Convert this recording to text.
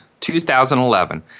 2011